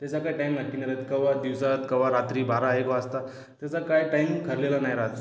त्याचा काय टाइम माहिती नाही राहत केव्हा दिवसात केव्हा रात्री बारा एक वाजता त्याचा काय टाइम ठरलेला नाही राहत